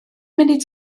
munud